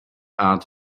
art